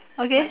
okay